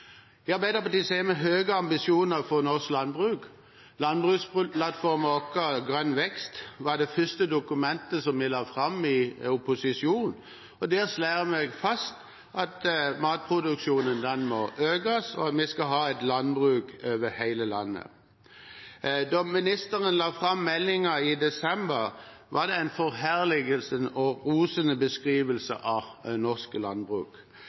I Arbeiderpartiet har vi høye ambisjoner for norsk landbruk. Landbruksplattformen vår, Grønn vekst, var det første dokumentet som vi la fram i opposisjon, og der slår vi fast at matproduksjonen må økes, og at vi skal ha et landbruk over hele landet. Da ministeren la fram meldingen i desember, var det en forherligelse – en osende beskrivelse – av norsk landbruk.